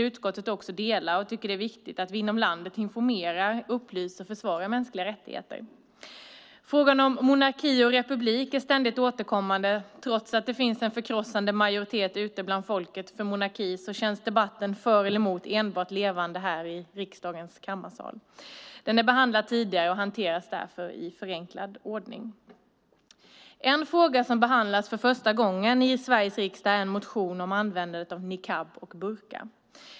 Utskottet delar den synen och tycker att det är viktigt att vi inom landet informerar och upplyser om och försvarar mänskliga rättigheter. Frågan om monarki eller republik är ständigt återkommande. Trots att det finns en förkrossande majoritet ute bland folket för monarki känns debatten för eller emot enbart levande här i riksdagens kammarsal. Frågan är behandlad tidigare och hanteras därför i förenklad ordning. En fråga som behandlas för första gången i Sveriges riksdag är en motion om användandet av niqab och burka.